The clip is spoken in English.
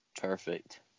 Perfect